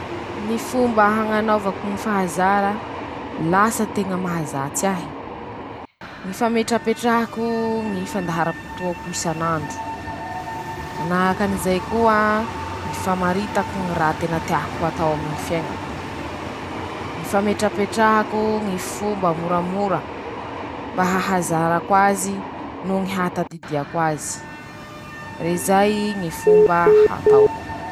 Ñy fomba hañanaovako ñy fahazara, lasa teña mahazats'ahy, ñy fametrapetrahako ñy fandaharam-poako isan'andro, manahakan'izay koa, ñy famaritako ñy raha teako atao aminy ñy fiaiñako, ñy fametrapetrahako Ñy fomba moramora mba ahazarako'azy no hatadidiako'azy, rezay Ñy fomba hataok.